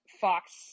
Fox